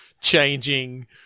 changing